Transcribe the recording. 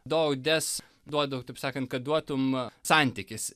dou des duodavo taip sakant kad duotum e santykis